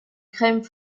crème